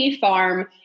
Farm